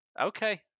Okay